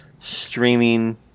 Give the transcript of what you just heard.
streaming